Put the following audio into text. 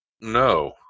no